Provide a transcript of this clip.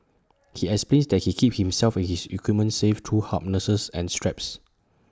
he explains that he keeps himself and his equipment safe through harnesses and straps